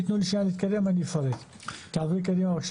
שאנשים יבינו